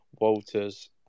Walters